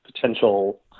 potential